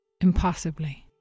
Impossibly